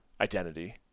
identity